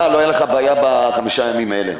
לא היתה לך בעיה בחמישה ימים האלה.